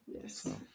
yes